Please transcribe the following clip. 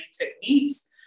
techniques